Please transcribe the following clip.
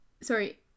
sorry